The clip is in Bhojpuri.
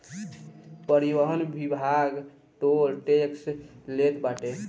परिवहन विभाग टोल टेक्स लेत बाटे